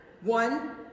One